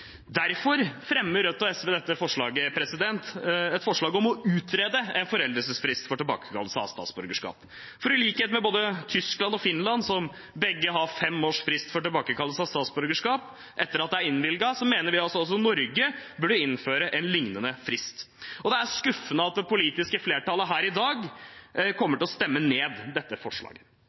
Derfor fremmer Rødt og SV dette forslaget, et forslag om å utrede en foreldelsesfrist for tilbakekallelse av statsborgerskap. I likhet med både Tyskland og Finland, som begge har fem års frist for tilbakekallelse av statsborgerskap etter at det er innvilget, mener vi at også Norge burde innføre en liknende frist. Det er skuffende at det politiske flertallet her i dag kommer til å stemme ned dette forslaget.